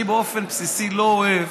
אני באופן בסיסי לא אוהב,